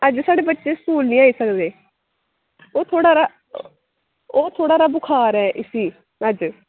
अज्ज साढ़े बच्चे स्कूल निं आई सकदे ओह् थोह्ड़ा हारा ओह् थोह्ड़ा हारा बखार ऐ इसी अज्ज